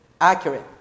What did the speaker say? accurate